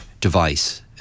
device